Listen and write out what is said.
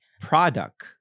product